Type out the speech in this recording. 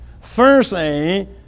Firstly